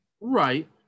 Right